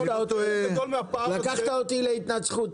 לקחת אותי להתנצחות,